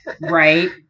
Right